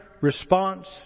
response